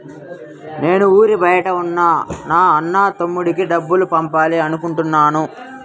నేను ఊరి బయట ఉన్న నా అన్న, తమ్ముడికి డబ్బులు పంపాలి అనుకుంటున్నాను